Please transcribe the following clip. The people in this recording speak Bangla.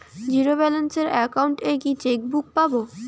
জীরো ব্যালেন্স অ্যাকাউন্ট এ কি চেকবুক পাব?